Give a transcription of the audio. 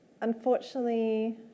unfortunately